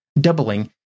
doubling